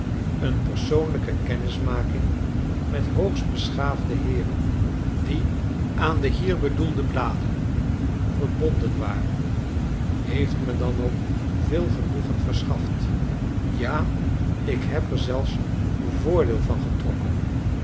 een persoonlijke kennismaking met hoogst beschaafde heeren die aan de hier bedoelde bladen verbonden waren heeft me dan ook veel genoegen verschaft ja ik heb er zelfs voordeel van getrokken